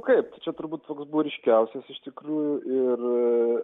taip čia turbūt buvo toks ryškiausias iš tikrųjų ir